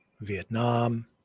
Vietnam